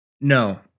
No